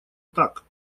так